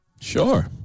Sure